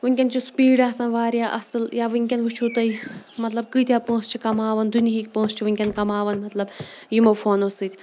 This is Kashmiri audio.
وٕنکٮ۪ن چھُ سپیٖڈ آسان واریاہ اَصٕل یا وٕنکٮ۪ن وٕچھو تۄہہِ مطلب کۭتیاہ پونٛسہٕ چھِ کَماوان دُنہِکۍ پونٛسہٕ چھِ وٕنکیٚن کَماوان مطلب یِمو فونو سۭتۍ